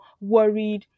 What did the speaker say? worried